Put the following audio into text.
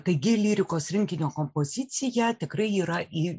taigi lyrikos rinkinio kompozicija tikrai yra į